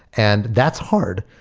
and that's hard.